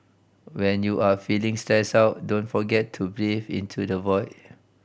when you are feeling stressed out don't forget to breathe into the void